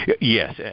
Yes